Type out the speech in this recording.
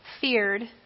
feared